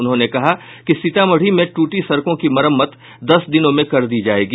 उन्होंने कहा कि सीतामढ़ी में ट्रटी सड़कों का मरम्मत दस दिनों में कर दी जायेगी